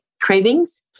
cravings